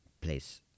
place